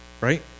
right